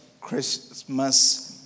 Christmas